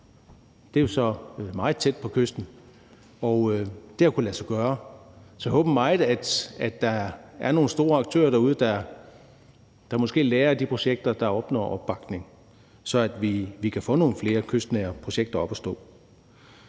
det er jo så meget tæt på kysten, så der har det kunnet lade sig gøre. Så jeg håber meget, at der er nogle store aktører derude, der måske lærer af de projekter, der opnår opbakning, så vi kan få nogle flere kystnære projekter op at stå.